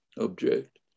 object